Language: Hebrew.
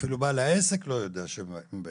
שאפילו בעל העסק לא ידע שהם באים.